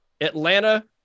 Atlanta